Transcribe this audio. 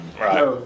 right